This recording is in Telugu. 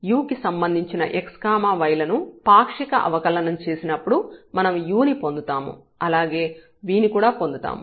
u కి సంబంధించి x y లను పాక్షిక అవకలనం చేసినప్పుడు మనం u ని పొందుతాము అలాగే v ని కూడా పొందుతాము